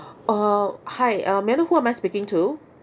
uh hi uh may I know who am I speaking to